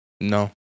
no